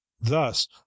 thus